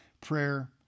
Prayer